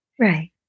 right